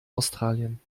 australien